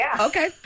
Okay